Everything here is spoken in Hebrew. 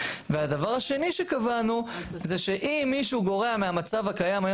והדבר השני שקבענו זה שאם מישהו גורע מהמצב הקיים היום